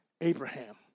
Abraham